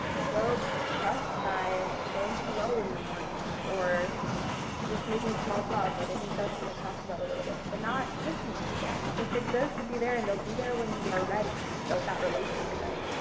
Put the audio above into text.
so trust by saying hello in the morning or just making small talk, like i think dustin had talked about a little bit. but not pushing anything. just exist and be there and they'll be there when they are ready to build that relationship.